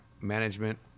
management